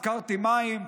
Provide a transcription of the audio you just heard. הזכרתי מים,